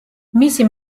მისი